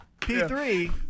P3